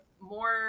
more